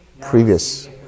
Previous